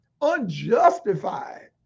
unjustified